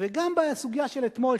גם בסוגיה של אתמול,